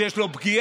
כשיש לו פגיעה,